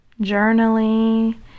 journaling